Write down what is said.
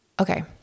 Okay